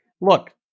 look